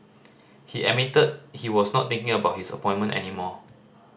he admitted he was not thinking about his appointment any more